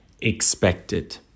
expected